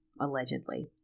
allegedly